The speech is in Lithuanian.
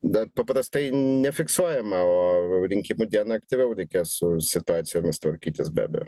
dar paprastai nefiksuojama o rinkimų dieną aktyviau reikia su situacijomis tvarkytis be abejo